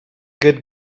get